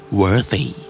worthy